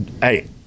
Hey